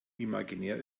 imaginär